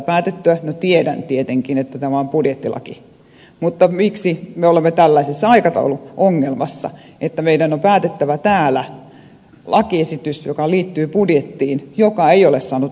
no tiedän tietenkin että tämä on budjettilaki mutta miksi me olemme tällaisessa aikatauluongelmassa että meidän on päätettävä täällä lakiesityksestä joka liittyy budjettiin ja joka ei ole saanut eun hyväksyntää